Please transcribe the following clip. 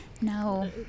No